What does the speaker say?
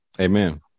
Amen